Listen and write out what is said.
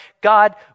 God